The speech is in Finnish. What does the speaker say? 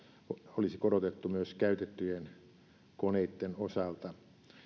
olisi korotettu myös käytettyjen koneitten osalta